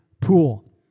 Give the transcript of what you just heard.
pool